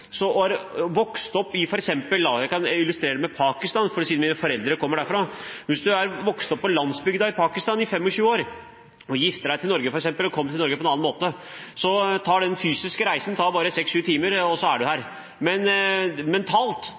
har vokst opp f.eks. på landsbygda i Pakistan i 25 år – jeg kan illustrere det ved å bruke Pakistan som eksempel, siden mine foreldre kommer derfra – og f.eks. gifter seg til Norge eller kommer til Norge på en annen måte, tar den fysiske reisen bare seks–sju timer, og så er man her. Men